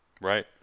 Right